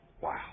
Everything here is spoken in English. Wow